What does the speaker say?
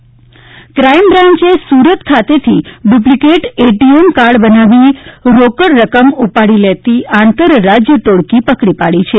Surat ATM crime બ્રાંચે સુરત ખાતેથી duplicate ATM card બનાવી રોકડ રકમ ઉપાડી લેતી આંતર રાજ્ય ટોળકી પકડી પાડી છે